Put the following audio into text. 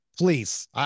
Please